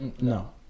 No